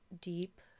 deep